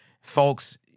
Folks